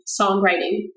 songwriting